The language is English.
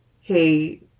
hey